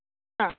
ആ